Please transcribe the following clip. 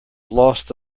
lost